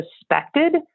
suspected